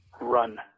run